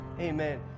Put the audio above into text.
Amen